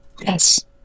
Yes